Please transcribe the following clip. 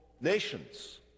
nations